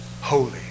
holy